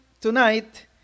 tonight